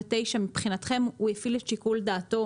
האם מבחינתכם הוא הפעיל את שיקול דעתו